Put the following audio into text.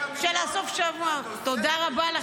של סוף השבוע ------ זה עולה 7